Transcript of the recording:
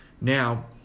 Now